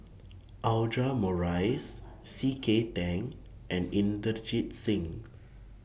Audra Morrice C K Tang and Inderjit Singh